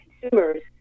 consumers